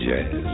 Jazz